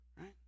right